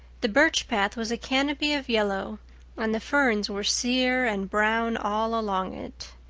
the birch path was a canopy of yellow and the ferns were sear and brown all along it.